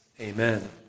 Amen